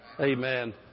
Amen